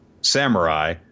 samurai